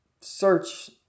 search